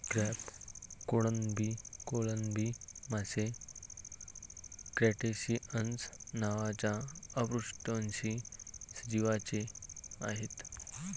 crab, कोळंबी, कोळंबी मासे क्रस्टेसिअन्स नावाच्या अपृष्ठवंशी सजीवांचे आहेत